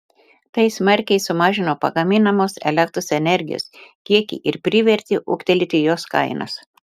tai smarkiai sumažino pagaminamos elektros energijos kiekį ir privertė ūgtelėti jos kainas